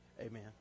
Amen